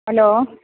hello